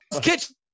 kitchen